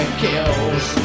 kills